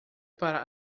para